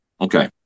Okay